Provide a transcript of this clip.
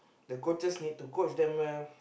the coaches need to coach them well